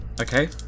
okay